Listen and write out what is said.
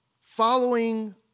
Following